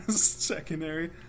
secondary